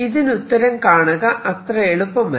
ഇതിനുത്തരം കാണുക അത്ര എളുപ്പമല്ല